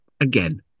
again